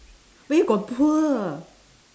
where got poor